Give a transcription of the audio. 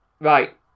Right